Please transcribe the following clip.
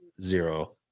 zero